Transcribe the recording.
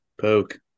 Poke